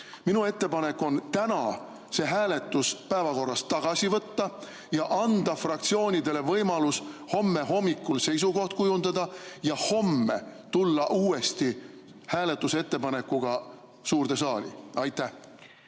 Minu ettepanek on täna see hääletus päevakorrast tagasi võtta, anda fraktsioonidele võimalus homme hommikul seisukoht kujundada ja homme tulla uuesti hääletusettepanekuga suurde saali. Aitäh!